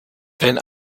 wenn